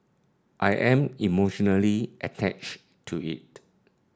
I am emotionally attached to it